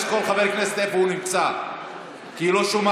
איפה נמצא כל חבר כנסת כי היא לא שומעת.